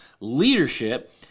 leadership